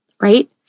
right